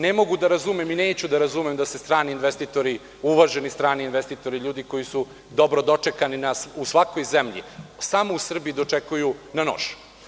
Ne mogu da razumem i neću da razumem da se uvaženi strani investitori, ljudi koji su dobro dočekani u svakoj zemlji, samo u Srbiji dočekuju na nož.